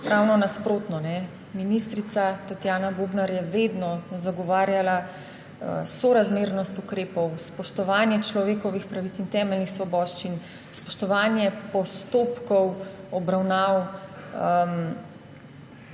Ravno nasprotno, ministrica Tatjana Bobnar je vedno zagovarjala sorazmernost ukrepov, spoštovanje človekovih pravic in temeljnih svoboščin, spoštovanje postopkov obravnav.